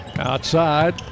Outside